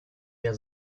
der